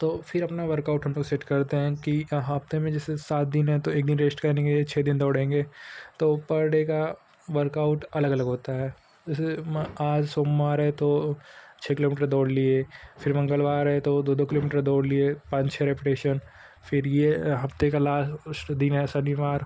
तो फिर अपना वर्कआउट हम लोग सेट करते हैं कि हफ़्ते में जैसे सात दिन हैं तो एक दिन रेस्ट करेंगे छह दिन दौड़ेंगे तो पर डे का वर्कआउट अलग अलग होता है जैसे आज सोमवार है तो छह किलोमीटर दौड़ लिए फिर मंगलवार है तो दो दो किलोमीटर दौड़ लिए पाँच छह रिपिटेशन फिर यह हफ़्ते का लास्ट दिन है शनिवार